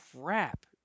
crap